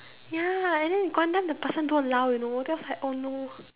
ya and then got one time the person don't allow you know then I was like oh no